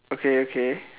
okay okay